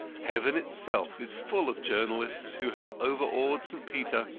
heaven itself is full of journalists who have overawed st. peter.